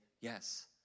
yes